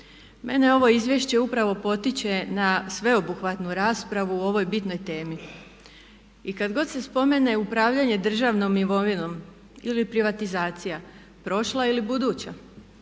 Mene ovo izvješće upravo potiče na sveobuhvatnu raspravu o ovoj bitnoj temi i kad god se spomene upravljanje državnom imovinom ili privatizacija, prošla ili buduća.